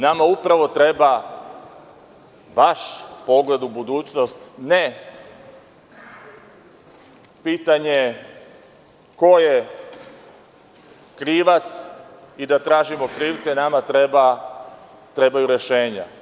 Nama upravo treba vaš pogled u budućnost, ne pitanje ko je krivac i da tražimo krivce, nama trebaju rešenja.